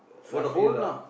roughly lah